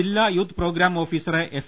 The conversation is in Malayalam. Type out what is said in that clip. ജില്ലാ യൂത്ത് പ്രോഗ്രാം ഓഫീസറെ എഫ്